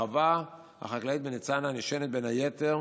החווה החקלאית בניצנה נשענת בין היתר